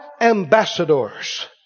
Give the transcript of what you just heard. ambassadors